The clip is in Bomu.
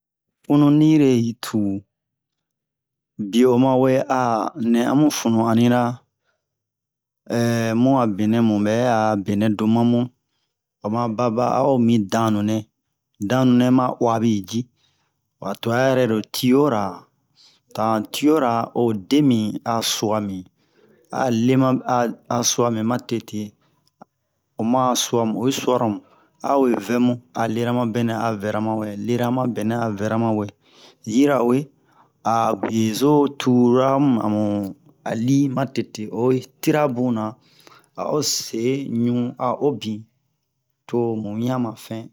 funnu nire yi tu biye oma we a nɛ amu funnu anni-ra mu a benɛ mu ɓɛ a benɛ do mamu oma baba a o mi dannu nɛ ma uwabi ji ɓa twa yɛrɛ-ro tiyo-ra to han tiyo-ra o de mi a suwa mi a lema a a suwa mi matete oma suwa mu oyi suwara mu a o vɛ mu a lera ma bɛnɛn a vɛra ma wɛ lera ma bɛnɛn a vɛra ma wɛ yirawe a be zo tura amu li matete oyi tira mu na a o se ɲu a o bin to mu wiɲan ma fɛn to mu wiɲan fɛn